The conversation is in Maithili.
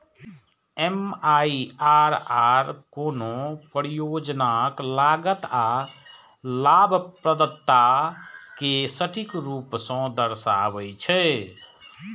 एम.आई.आर.आर कोनो परियोजनाक लागत आ लाभप्रदता कें सटीक रूप सं दर्शाबै छै